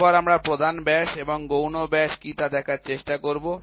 তারপর আমরা প্রধান ব্যাস এবং গৌণ ব্যাস কি তা দেখার চেষ্টা করব